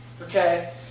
okay